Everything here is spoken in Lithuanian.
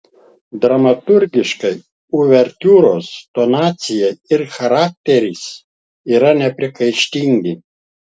dramaturgiškai uvertiūros tonacija ir charakteris yra nepriekaištingi